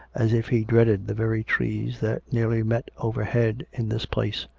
as if he dreaded the very trees that nearly met overhead in this place.